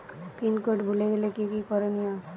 Pin code ভুলে গেলে কি কি করনিয়?